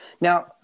Now